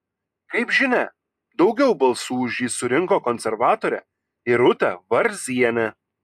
kaip žinia daugiau balsų už jį surinko konservatorė irutė varzienė